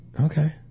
Okay